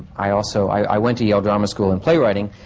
i also. i. i went to yale drama school in playwrighting,